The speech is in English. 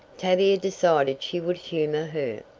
tavia decided she would humor her.